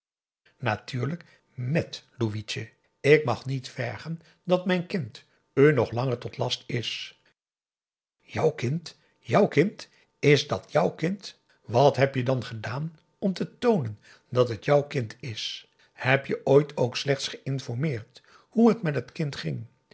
natuurlijk met louitje ik mag niet vergen dat mijn kind u nog langer tot last is jou kind jou kind is dat jou kind wat heb je dan gedaan om te toonen dat het jou kind is heb je ooit ook slechts geïnformeerd hoe het met het kind ging